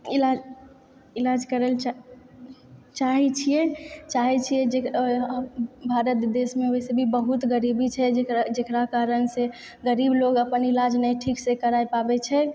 इलाज इलाज करै लऽ चाहै छियै चाहै छियै भारत देशमे वैसे भी बहुत गरीबी छै जकरा कारणसँ गरीब लोग अपन इलाज नहि ठीकसँ करय पाबै छै